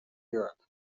europe